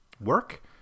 work